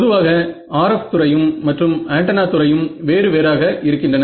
பொதுவாக RF துறையும் மற்றும் ஆண்டனா துறையும் வேறு வேறாக இருக்கின்றன